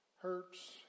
hurts